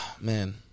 Man